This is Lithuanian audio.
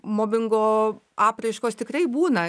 mobingo apraiškos tikrai būna